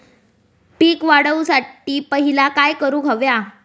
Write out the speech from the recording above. पीक वाढवुसाठी पहिला काय करूक हव्या?